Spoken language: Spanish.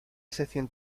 sección